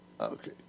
Okay